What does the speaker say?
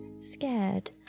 scared